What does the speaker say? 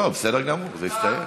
בסדר גמור, זה הסתיים.